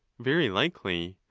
very likely.